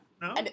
No